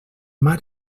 mar